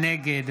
נגד